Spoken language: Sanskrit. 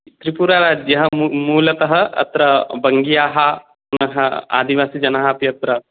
त्रिपुरादयः मू मूलतः अत्र बङ्गीयाः पुनः आदिवासिजनाः अपि अत्र